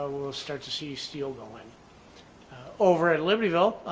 we'll start to see steel going over at libertyville.